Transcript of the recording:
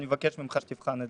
אני מבקש ממך שתבחן את